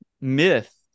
myth